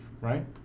right